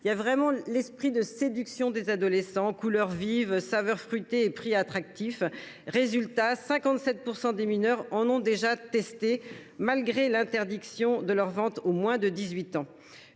spécialement conçus pour séduire les adolescents : couleurs vives, saveurs fruitées et prix attractif. Résultat : 57 % des mineurs en ont déjà testé, malgré l’interdiction de leur vente aux moins de 18 ans.